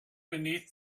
beneath